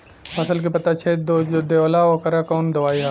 फसल के पत्ता छेद जो देवेला ओकर कवन दवाई ह?